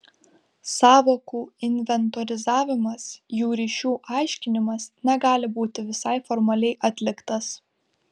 sąvokų inventorizavimas jų ryšių aiškinimas negali būti visai formaliai atliktas